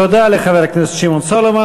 תודה לחבר הכנסת שמעון סולומון.